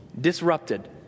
disrupted